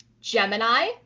Gemini